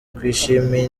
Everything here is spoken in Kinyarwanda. twishimiye